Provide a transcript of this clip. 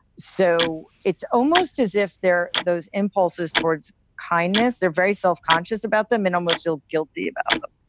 so it's almost as if they're those impulses towards kindness. they're very self-conscious about them and almost feel guilty about them